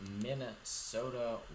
Minnesota